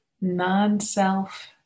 non-self